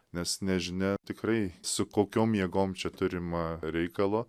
nes nežinia tikrai su kokiom jėgom čia turima reikalo